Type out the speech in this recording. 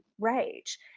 rage